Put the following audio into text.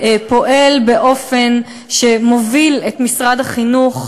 פועל באופן שמוביל את משרד החינוך,